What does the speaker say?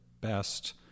best